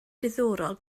diddorol